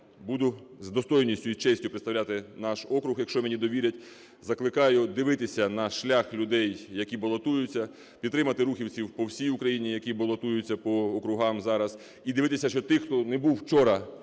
буду з достойністю і честю представляти наш округ, якщо мені довірять. Закликаю дивитися на шлях людей, які балотуються. Підтримати рухівців по всіх Україні, які балотуються по округам зараз. І дивитися ще тих, хто не був вчора